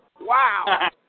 Wow